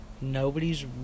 nobody's